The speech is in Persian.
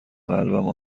قلبم